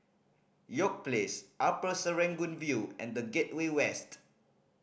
York Place Upper Serangoon View and The Gateway West